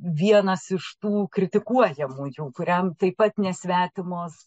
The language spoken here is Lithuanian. vienas iš tų kritikuojamųjų kuriam taip pat nesvetimos